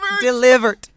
delivered